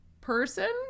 person